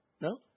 No